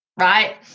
right